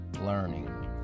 learning